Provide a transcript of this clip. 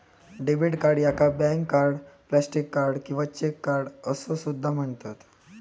debit card याका bank card, plastic card किंवा cheque card असो सुद्धा म्हणतत